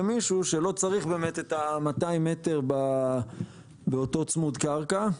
למישהו שלא צריך באמת את ה-200 מטר באותו צמוד קרקע.